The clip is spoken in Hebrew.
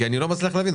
כי אני לא מצליח להבין,